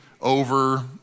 over